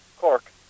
Cork